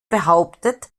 behauptet